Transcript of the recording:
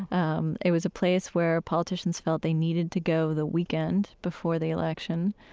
um it was a place where politicians felt they needed to go the weekend before the election.